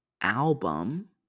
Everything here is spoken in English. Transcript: album